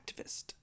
activist